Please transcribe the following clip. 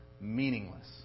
Meaningless